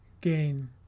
gain